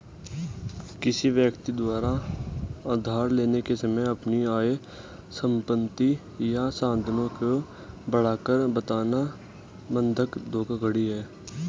किसी व्यक्ति द्वारा उधार लेने के समय अपनी आय, संपत्ति या साधनों की बढ़ाकर बताना बंधक धोखाधड़ी है